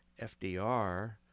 FDR